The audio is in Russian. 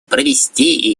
провести